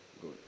Good